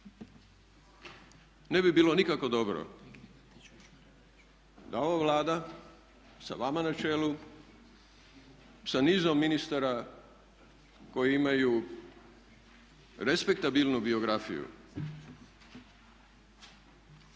ne bi bilo nikako dobro da ova Vlada sa vama na čelu, sa nizom ministara koji imaju respektabilnu biografiju